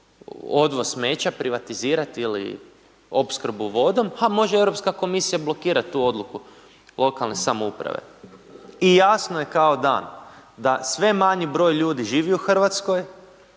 odvoz smeća, privatizirati ili opskrbu vodom, a može EU komisija blokirati tu odluku lokalne samouprave. I jasno je kao dan da sve manji broj ljudi živi u Hrvatskoj,